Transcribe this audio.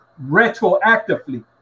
retroactively